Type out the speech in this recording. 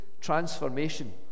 transformation